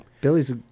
Billy's